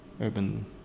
urban